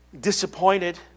disappointed